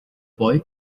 boy